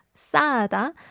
Sada